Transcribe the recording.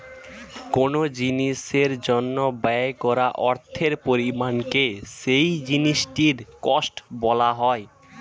কোন জিনিসের জন্য ব্যয় করা অর্থের পরিমাণকে সেই জিনিসটির কস্ট বলা হয়